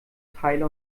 teile